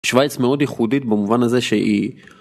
שוויץ מאוד ייחודית במובן הזה שהיא